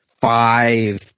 five